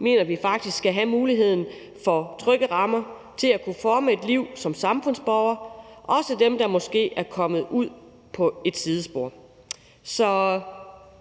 enhver skal have muligheden for at have trygge rammer til at kunne forme et liv som samfundsborger, også dem, der måske er kommet ud på et sidespor.